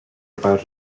about